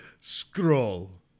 Scroll